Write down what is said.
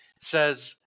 says